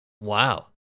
Wow